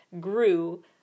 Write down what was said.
grew